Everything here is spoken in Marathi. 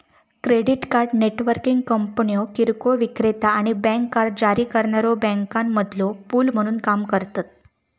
क्रेडिट कार्ड नेटवर्किंग कंपन्यो किरकोळ विक्रेता आणि बँक कार्ड जारी करणाऱ्यो बँकांमधलो पूल म्हणून काम करतत